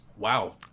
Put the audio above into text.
Wow